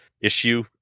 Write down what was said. issue